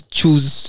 choose